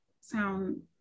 sound